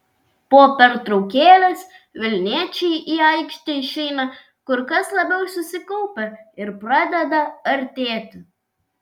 po pertraukėlės vilniečiai į aikštę išeina kur kas labiau susikaupę ir pradeda artėti